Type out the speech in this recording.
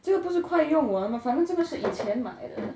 这个不是快用完 mah 反正这个是以前买的